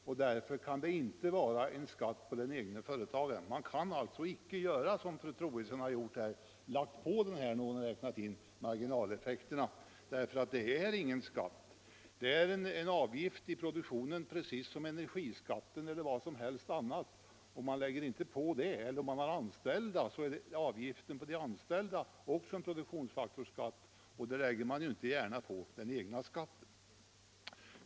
Det innebär att de inte kan vara skatter på egenföretagare. Man kan alltså icke göra som fru Troedsson när hon lagt denna skatt till egenföretagarens egna skatt då hon räknat fram marginaleffekterna. Arbetsgivaravgiften och socialförsäkringsavgifterna är inga direkta skatter. De är avgifter i produktionen precis som t.ex. energiskatten. Har man anställda är avgiften för dem en produktionsfaktorsskatt, och den lägger man inte gärna till den egna skatten.